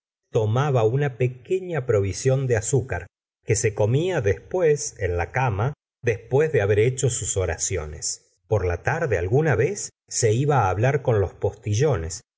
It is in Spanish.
tomaba una pequeña provisión de azúcar que se comía después en la cama después de haber hecho sus oraciones por la tarde alguna vez se iba hablar con los